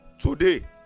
today